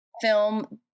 film